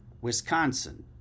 Wisconsin